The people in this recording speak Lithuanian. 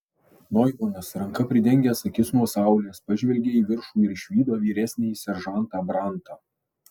noimanas ranka pridengęs akis nuo saulės pažvelgė į viršų ir išvydo vyresnįjį seržantą brantą